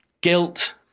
guilt